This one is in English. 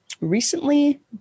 recently